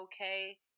okay